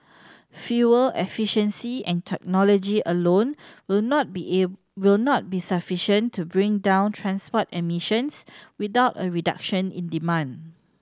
fuel efficiency and technology alone will not be will not be sufficient to bring down transport emissions without a reduction in demand